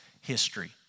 history